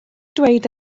dweud